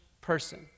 person